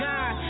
God